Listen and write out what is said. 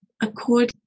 according